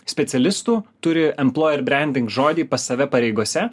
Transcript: specialistų turi emplojer brending žodį pas save pareigose